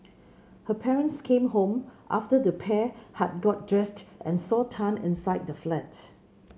her parents came home after the pair had got dressed and saw Tan inside the flat